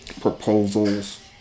proposals